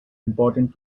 important